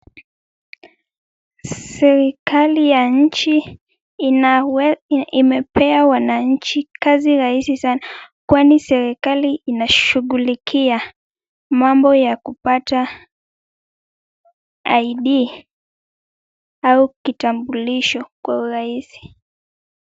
Serikali ya nchi imepea wananchi kazi rahisi sana kwani serikali inashughulikia mambo ya kupata id au kitambulisho kwa urahisi.